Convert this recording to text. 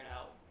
out